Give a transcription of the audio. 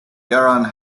gerhard